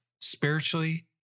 spiritually